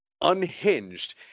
unhinged